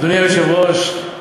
אדוני היושב-ראש,